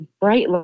bright